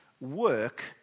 work